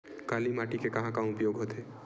काली माटी के कहां कहा उपयोग होथे?